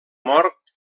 mort